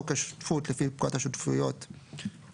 או כשותפות לפי פקודת השותפויות ,